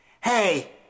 Hey